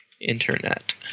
Internet